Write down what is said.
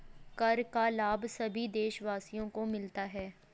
कर का लाभ सभी देशवासियों को मिलता है